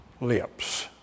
lips